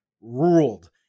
ruled